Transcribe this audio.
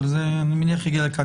אבל אני מניח שזה יגיע לכאן.